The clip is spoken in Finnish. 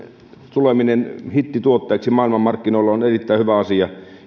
tuleminen hittituotteeksi maailmanmarkkinoilla on erittäin hyvä asia